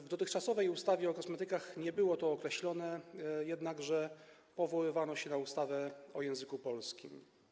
W dotychczasowej ustawie o kosmetykach nie było to określone, jednakże powoływano się na ustawę o języku polskim.